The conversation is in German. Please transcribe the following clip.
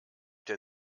der